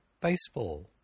baseball